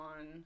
on